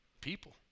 People